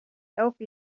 elke